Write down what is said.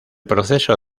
proceso